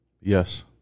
Yes